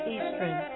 Eastern